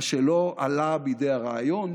מה שלא עלה בידי הרעיון